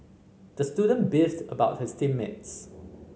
the student beefed about his team mates